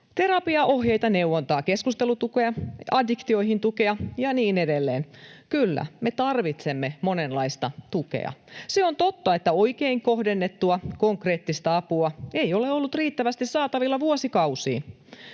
Terapiaohjeita, neuvontaa, keskustelutukea, addiktioihin tukea ja niin edelleen — kyllä, me tarvitsemme monenlaista tukea. Se on totta, että oikein kohdennettua, konkreettista apua ei ole ollut riittävästi saatavilla vuosikausiin.